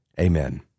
Amen